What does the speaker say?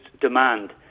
demand